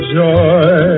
joy